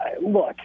look